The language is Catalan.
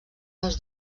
les